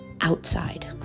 outside